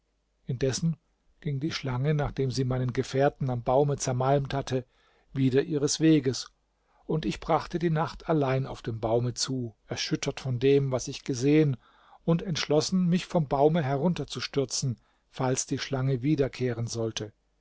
indessen ging die schlange nachdem sie meinen gefährten am baume zermalmt hatte wieder ihres weges und ich brachte die nacht allein auf dem baume zu erschüttert von dem was ich gesehen und entschlossen mich vom baume herunterzustürzen falls die schlange wiederkehren sollte